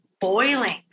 boiling